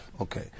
Okay